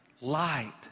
Light